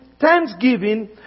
thanksgiving